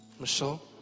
Michelle